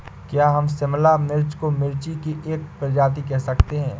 क्या हम शिमला मिर्च को मिर्ची की एक प्रजाति कह सकते हैं?